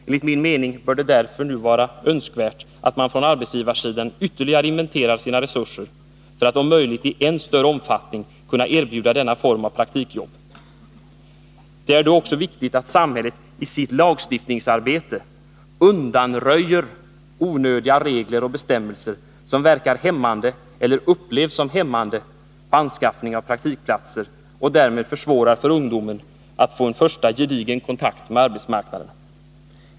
Enligt min mening bör det därför nu vara önskvärt att man från arbetsgivarsidan ytterligare inventerar sina resurser för att om möjligt i än större omfattning kunna erbjuda denna form av praktikjobb. Det är då också viktigt att samhället i sitt lagstiftningsarbete undanröjer onödiga regler och bestämmelser som verkar hämmande eller upplevs som hämmande på anskaffningen av praktikplatser och därmed försvårar för ungdomen att få en första gedigen kontakt med arbetsmarknaden.